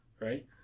right